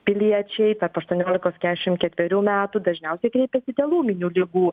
piliečiai tarp aštuoniolikos kešim ketverių metų dažniausiai kreipiasi dėl ūminių ligų